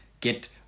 get